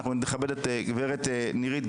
אנחנו נכבד את גב' נירית,